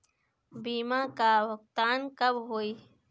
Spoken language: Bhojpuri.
बीमा का भुगतान कब होइ?